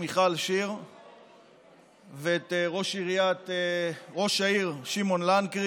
מיכל שיר ואת ראש העיר שמעון לנקרי